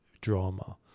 drama